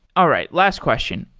all right, last question,